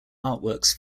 artworks